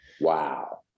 Wow